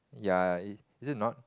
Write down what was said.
ya is it not